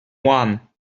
one